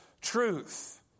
truth